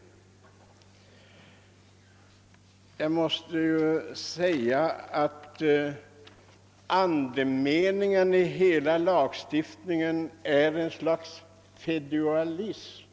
Men för min del måste jag säga att andemeningen i hela lagstiftningen är uttryck för ett slags feodalism.